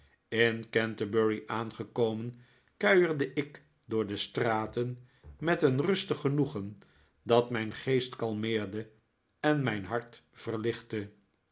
in canterbury aangekomen kuierde ik door de straten met een rustig genoegen dat mijn geest kalmeerde en mijn hart verlichtte